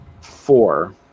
four